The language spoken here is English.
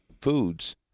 Foods